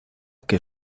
que